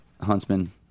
Huntsman